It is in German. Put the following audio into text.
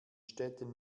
städten